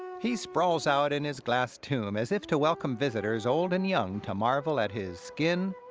he sprawls out in his glass tomb as if to welcome visitors old and young to marvel at his skin,